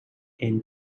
and